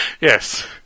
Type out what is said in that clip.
Yes